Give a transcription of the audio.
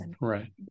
Right